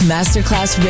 Masterclass